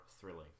thrilling